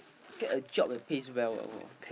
get a job that pays well ah !wah!